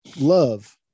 love